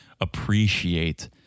appreciate